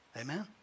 Amen